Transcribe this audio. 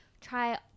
try